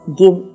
give